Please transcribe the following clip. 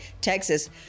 Texas